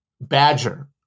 badger